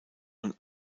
und